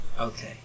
Okay